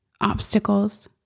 obstacles